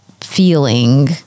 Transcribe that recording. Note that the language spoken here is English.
feeling